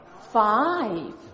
Five